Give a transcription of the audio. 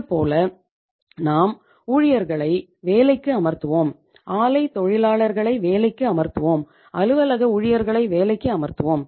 இதேபோல் நாம் ஊழியர்களை வேலைக்கு அமர்த்துவோம் ஆலைத் தொழிலாளர்களை வேலைக்கு அமர்த்துவோம் அலுவலக ஊழியர்களை வேலைக்கு அமர்த்துவோம்